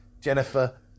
jennifer